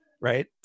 Right